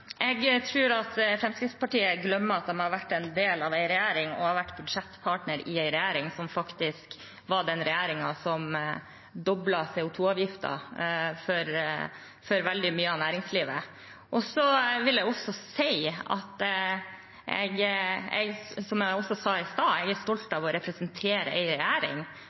Fremskrittspartiet glemmer at de har vært en del av en regjering og har vært budsjettpartner til en regjering som faktisk var den regjeringen som doblet CO 2 -avgiften for veldig mye av næringslivet. Så vil jeg si, som jeg også sa i stad, at jeg er stolt av å representere en regjering